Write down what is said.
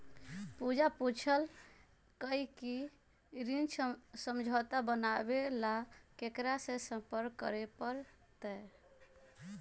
पूजा पूछल कई की ऋण समझौता बनावे ला केकरा से संपर्क करे पर तय?